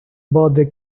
birthday